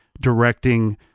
directing